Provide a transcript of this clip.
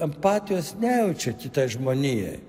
empatijos nejaučia kitai žmonijai